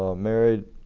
ah married